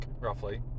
roughly